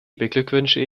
beglückwünsche